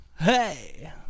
Hey